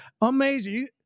amazing